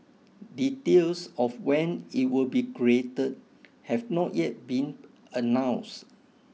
details of when it will be created have not yet been announced